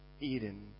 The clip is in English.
Eden